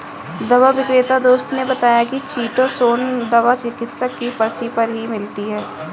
दवा विक्रेता दोस्त ने बताया की चीटोसोंन दवा चिकित्सक की पर्ची पर ही मिलती है